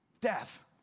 Death